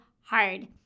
hard